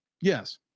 Yes